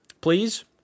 Please